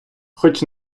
хоч